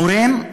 המורים,